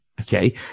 Okay